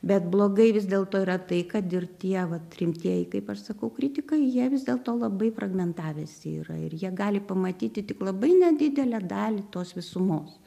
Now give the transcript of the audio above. bet blogai vis dėlto yra tai kad ir tie vat rimtieji kaip aš sakau kritikai jie vis dėlto labai fragmentavęsi yra ir jie gali pamatyti tik labai nedidelę dalį tos visumos